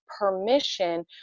permission